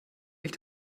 mich